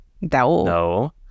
no